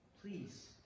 please